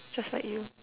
just like you